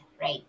right